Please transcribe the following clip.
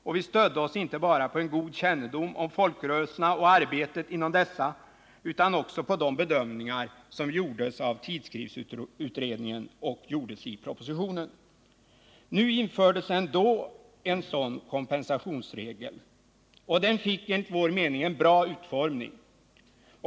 Och vi stödde oss inte bara på en god kännedom om folkrörelserna och arbetet inom dessa utan också på de bedömningar som gjordes av tidskriftsutredningen och i propositionen. Nu infördes ändå en sådan kompensationsregel, och den fick enligt vår mening en bra utformning.